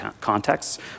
contexts